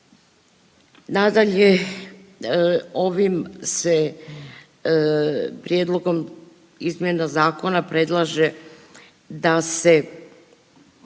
Nadalje, ovim se prijedlogom izmjena zakona predlaže da se,